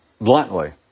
bluntly